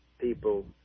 people